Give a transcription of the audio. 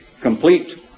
complete